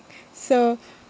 so